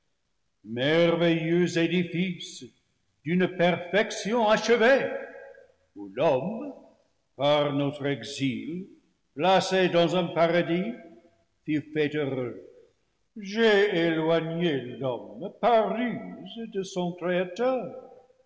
merveilleux édifice d'une perfection achevée où l'homme par notre exil placé dans un paradis plus fait heureux j'ai éloigné l'homme par ruse de son créa